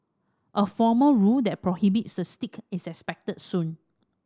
a formal rule that prohibits the stick is expected soon